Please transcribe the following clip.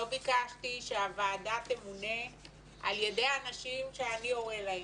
לא ביקשתי שהוועדה תמונה על ידי אנשים שאני אורה להם.